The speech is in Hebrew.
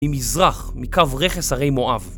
היא מזרח מקו רכס הרי מואב